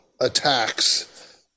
attacks